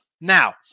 Now